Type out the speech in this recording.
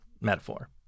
metaphor